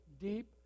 deep